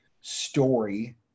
story